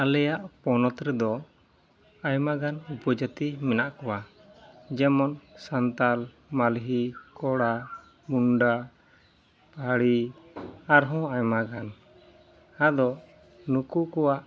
ᱟᱞᱮᱭᱟᱜ ᱯᱚᱱᱚᱛᱨᱮᱫᱚ ᱟᱭᱢᱟᱜᱟᱱ ᱩᱯᱚᱡᱟᱹᱛᱤ ᱢᱮᱱᱟᱜ ᱠᱚᱣᱟ ᱡᱮᱢᱚᱱ ᱥᱟᱱᱛᱟᱲ ᱢᱟᱞᱦᱤ ᱠᱳᱲᱟ ᱢᱩᱱᱰᱟ ᱯᱟᱦᱟᱲᱤ ᱟᱨᱦᱚᱸ ᱟᱭᱢᱟᱜᱟᱱ ᱟᱫᱚ ᱱᱩᱠᱩ ᱠᱚᱣᱟᱜ